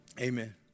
Amen